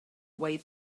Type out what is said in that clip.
way